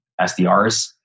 SDRs